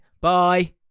Bye